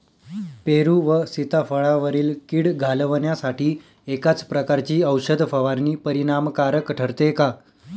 पेरू व सीताफळावरील कीड घालवण्यासाठी एकाच प्रकारची औषध फवारणी परिणामकारक ठरते का?